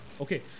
okay